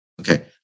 Okay